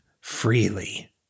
freely